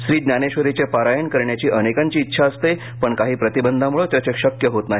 श्री ज्ञानेश्वरीचे पारयण करण्याची अनेकांची ा िछा असते पण काही प्रतिबंधामुळे ते शक्य होत नाही